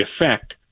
effect